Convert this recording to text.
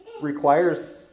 requires